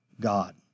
God